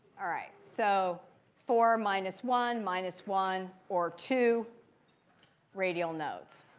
all right, so four minus one minus one or two radial nodes.